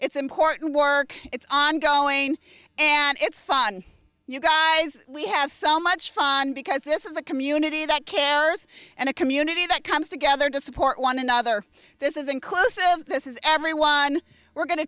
it's important work it's ongoing and it's fun you guys we have so much fun because this is a community that cares and a community that comes together to support one another this is inclusive this is everyone we're going to